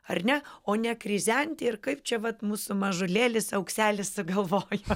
ar ne o ne krizenti ir kaip čia vat mūsų mažulėlis aukselis sugalvojo